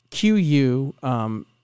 QU